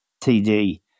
TD